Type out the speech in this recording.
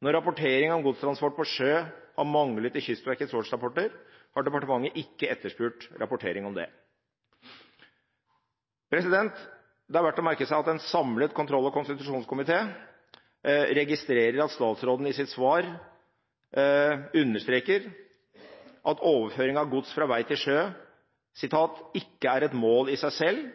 Når rapportering av godstransport på sjø har manglet i Kystverkets årsrapporter, har departementet ikke etterspurt rapportering om dette. Det er verdt å merke seg at en samlet kontroll- og konstitusjonskomité registrerer at statsråden i sitt svar understreker at overføring av gods fra vei til sjø: «ikke er et mål i seg selv,